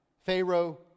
pharaoh